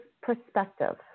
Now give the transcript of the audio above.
perspective